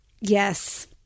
Yes